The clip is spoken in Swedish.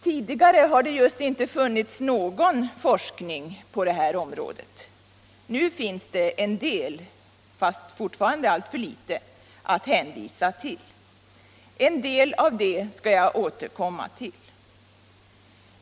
Tidigare har det just inte bedrivits någon forskning på det här området. Men nu finns det en del — fastän fortfarande alltför litet — att hänvisa till. En del av det skall jag återkomma till.